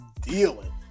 dealing